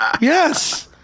Yes